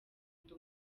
ndi